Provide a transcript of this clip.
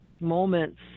moments